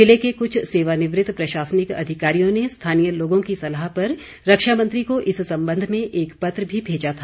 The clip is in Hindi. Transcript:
जिले के कुछ सेवानिवृत प्रशासनिक अधिकारियों ने स्थानीय लोगों की सलाह पर रक्षा मंत्री को इस संबंध में एक पत्र भी भेजा था